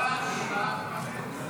35 בעד, 54 נגד, אחד נמנע, תשעה